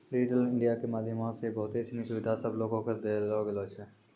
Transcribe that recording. digital India के माध्यमो से बहुते सिनी सुविधा सभ लोको के देलो गेलो छै